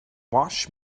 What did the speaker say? wash